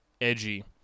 edgy